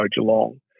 Geelong